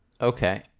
Okay